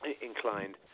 inclined